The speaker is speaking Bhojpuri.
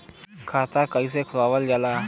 खाता कइसे खुलावल जाला?